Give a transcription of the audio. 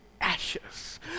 ashes